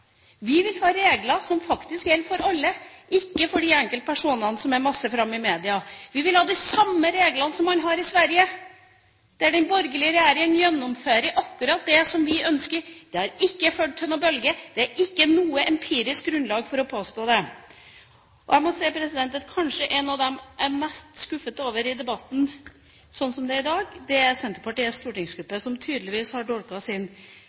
Vi vil ha regler som gjelder for alle, ikke for enkeltpersoner som er masse framme i media. Vi vil ha de samme reglene som man har i Sverige, der den borgerlige regjeringa gjennomfører akkurat det som vi ønsker. Det har ikke ført til noen bølge, det er ikke noe empirisk grunnlag for å påstå det. Kanskje det jeg er mest skuffet over i debatten sånn som det er i dag, er Senterpartiets stortingsgruppe, som tydeligvis har dolket sin